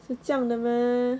是这样的 mah